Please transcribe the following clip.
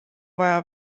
vaja